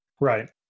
Right